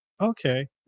Okay